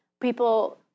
people